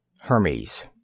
HERMES